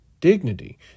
dignity